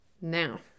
now